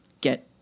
get